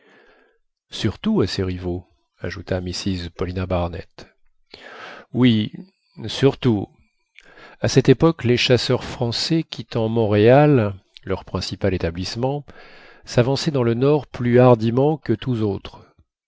surtout à ses rivaux ajouta mrs paulina barnett oui surtout à cette époque les chasseurs français quittant montréal leur principal établissement s'avançaient dans le nord plus hardiment que tous autres